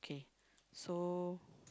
okay so